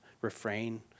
refrain